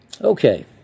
Okay